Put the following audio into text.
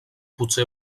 potser